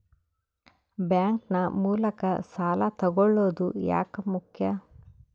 Bank ನ ಮೂಲಕ ಸಾಲ ತಗೊಳ್ಳೋದು ಯಾಕ ಮುಖ್ಯ?